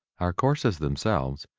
our courses themselves,